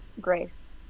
grace